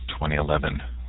2011